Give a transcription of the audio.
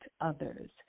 others